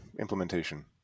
implementation